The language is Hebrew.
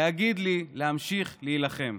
להגיד לי להמשיך להילחם.